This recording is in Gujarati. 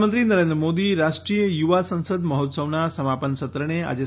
પ્રધાનમંત્રી નરેન્દ્ર મોદી રાષ્ટ્રીય યુવા સંસદ મહોત્સવના સમાપન સત્રને આજે